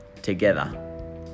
together